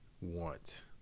want